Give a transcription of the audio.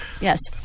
Yes